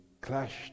clashed